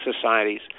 societies